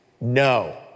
No